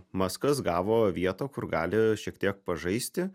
maskas gavo vietą kur gali šiek tiek pažaisti